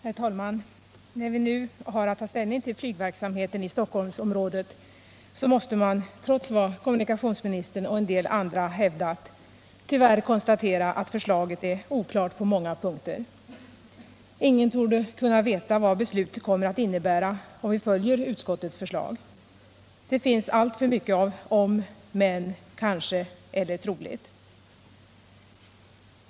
Herr talman! När vi i dag har att ta ställning till flygverksamheten i Stockholmsområdet, måste man trots vad kommunikationsministern och en del andra hävdat tyvärr konstatera att förslaget är oklart på många punkter. Ingen torde kunna veta vad beslutet kommer att innebära om vi följer utskottets förslag. Det finns alltför mycket av ”om”, ”men”, ”kanske” eller ”troligt”!